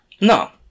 No